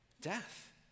death